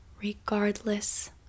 regardless